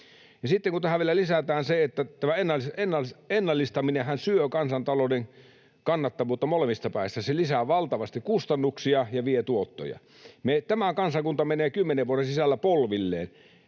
Sitten kun tähän vielä lisätään se, että tämä ennallistaminenhan syö kansantalouden kannattavuutta molemmista päistä, se lisää valtavasti kustannuksia ja vie tuottoja, niin tämä kansakunta menee kymmenen vuoden sisällä polvilleen.